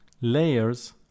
layers